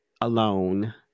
alone